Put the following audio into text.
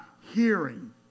hearing